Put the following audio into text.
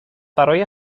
برای